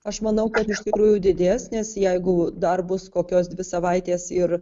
aš manau kad iš tikrųjų didės nes jeigu dar bus kokios dvi savaites ir